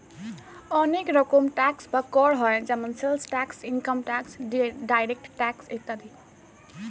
অনেক রকম ট্যাক্স বা কর হয় যেমন sales tax, income tax, direct tax ইত্যাদি